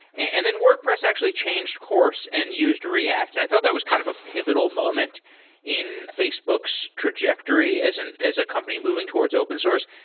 and then wordpress actually changed course and used react, and i thought that was kind of a pivotal moment in facebook's trajectory as and as a company moving towards open source.